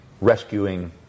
rescuing